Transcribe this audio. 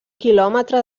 quilòmetre